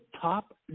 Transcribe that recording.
top